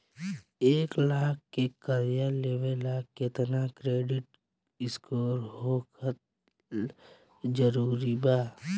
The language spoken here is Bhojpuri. एक लाख के कर्जा लेवेला केतना क्रेडिट स्कोर होखल् जरूरी बा?